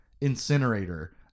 incinerator